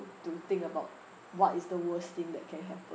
to think about what is the worst thing that can happen